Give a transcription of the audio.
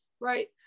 Right